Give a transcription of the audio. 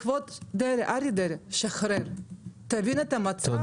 כבוד אריה דרעי שחרר, תבין את המצב.